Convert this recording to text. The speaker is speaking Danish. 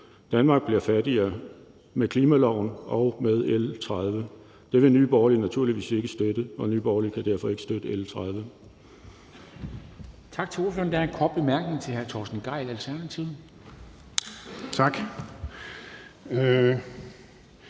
Danmark bliver fattigere med klimaloven og med L 30, og det vil Nye Borgerlige naturligvis ikke støtte. Nye Borgerlige kan derfor ikke støtte L 30.